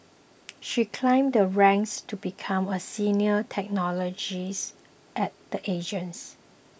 she climbed the ranks to become a senior technologist at the agency